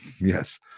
Yes